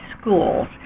schools